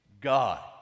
God